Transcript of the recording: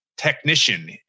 technician